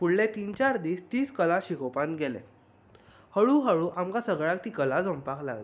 फुडले तीन चार दीस तीच कला शिकोवपांत गेले हळू हळू आमकां सगळ्यांक ती कला जमपाक लागली